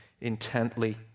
intently